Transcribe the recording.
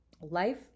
Life